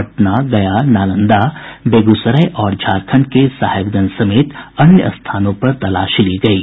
पटना गया नालंदा बेगूसराय और झारंखड के साहेबगंज समेत अन्य स्थानों पर तलाशी ली गयी